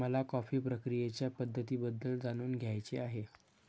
मला कॉफी प्रक्रियेच्या पद्धतींबद्दल जाणून घ्यायचे आहे